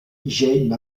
jay